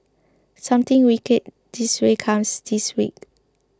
something wicked this way comes this week